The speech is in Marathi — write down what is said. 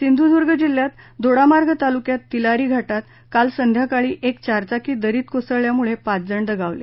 सिंधूर्द्र्ग जिल्ह्यात दोडामार्ग तालुक्यात तिलारी घाटात काल संध्याकाळी एक चारचाकी दरीत कोसळल्यामुळे पाचजण दगावले